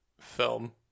film